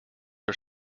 are